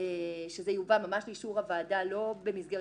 זה יובא ממש לאישור הוועדה לא במסגרת